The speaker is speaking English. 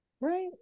right